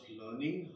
learning